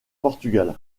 portugal